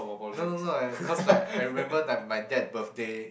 no no no I cause like I remember like my dad birthday